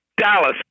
Dallas